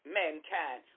mankind